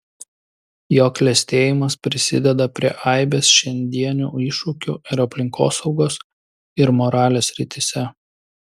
jo klestėjimas prisideda prie aibės šiandienių iššūkių ir aplinkosaugos ir moralės srityse